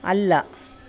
ಅಲ್ಲ